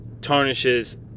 tarnishes